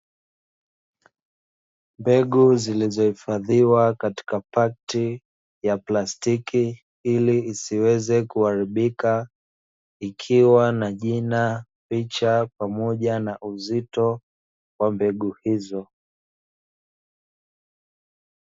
Mbegu zilizohifadhiwa katika pakiti ya plastiki ili isiweze kuharibika, ikiwa na jina, picha pamoja na uzito wa mbegu hizo.